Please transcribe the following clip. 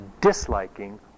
disliking